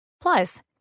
Plus